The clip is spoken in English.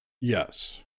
Yes